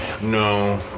no